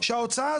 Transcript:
יש שתי שאלות.